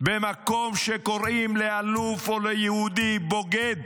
במקום שקוראים לאלוף או ליהודי בוגד,